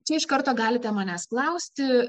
čia iš karto galite manęs klausti